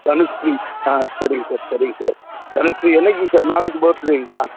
தனுஸ்ரீ ஆ சரிங்க சார் சரிங்க சார் தனுஸ்ரீ என்றைக்கிங்க சார் நாளைக்கு பர்த்டேயிங்களா